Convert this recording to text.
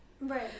Right